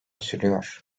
sürüyor